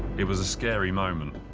it was a scary moment,